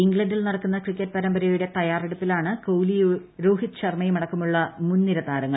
ഇംഗ്ലണ്ടിൽ നടക്കുന്ന ക്രിക്കറ്റ് പരമ്പരയുടെ തയ്യാറെടുപ്പിലാണ് കോഹ്ലിയും രോഹിത് ശർമ്മയുമടക്കമുള്ള മുൻനിര താരങ്ങൾ